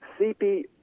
CP